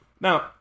Now